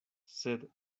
sed